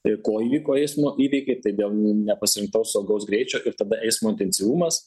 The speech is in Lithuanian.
ko įvyko eismo įvykiai tai dėl nepasirinktaus saugaus greičio ir tada eismo intensyvumas